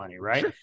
Right